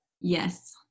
yes